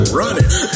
running